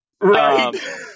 Right